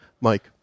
Mike